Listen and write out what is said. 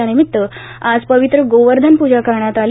याविमित्त आज पवित्र गोवर्धन पूजा करण्यात आली